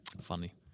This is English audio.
Funny